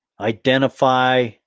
Identify